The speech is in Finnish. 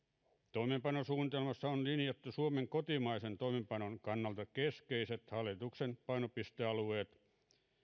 toimeenpanosuunnitelmassa on linjattu suomen kotimaisen toimeenpanon kannalta keskeiset hallituksen painopistealueet